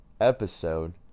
episode